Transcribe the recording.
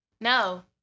No